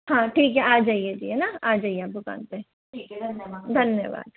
हाँ ठीक है आ जाइए जी है न आ जाइए आप दुकान पर धन्यवाद